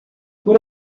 por